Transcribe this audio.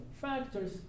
factors